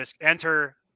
enter